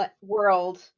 world